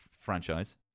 franchise